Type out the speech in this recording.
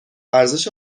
ارزش